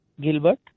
Gilbert